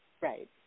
Right